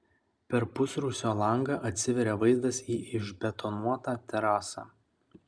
per pusrūsio langą atsiveria vaizdas į išbetonuotą terasą